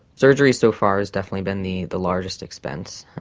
surgery so far has definitely been the the largest expense.